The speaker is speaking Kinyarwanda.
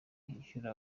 yishyura